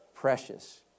Precious